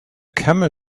camel